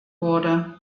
wurde